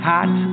Hot